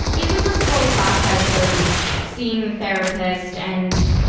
it was a slow process of seeing the therapist and,